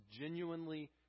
genuinely